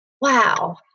Wow